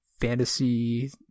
fantasy